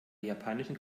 japanischen